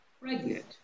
pregnant